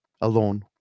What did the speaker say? alone